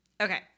Okay